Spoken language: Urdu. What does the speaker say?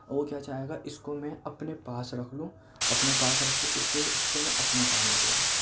وہ کیا چاہے گا اس کو میں اپنے پاس رکھ لوں اپنے پاس رکھ کے اس کے اس سے میں اپنا کام نکلواؤں